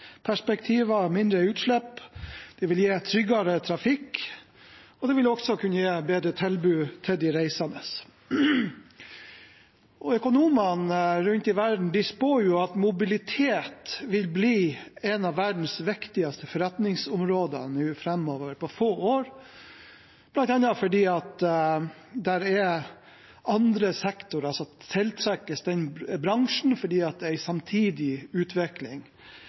og miljøperspektiv, mindre utslipp og tryggere trafikk, og det vil også kunne gi bedre tilbud til de reisende. Økonomene rundt om i verden spår jo at mobilitet på få år vil bli et av verdens viktigste forretningsområder framover, bl.a. fordi det er andre sektorer som tiltrekkes den bransjen fordi det er en samtidig utvikling.